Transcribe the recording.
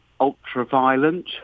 ultra-violent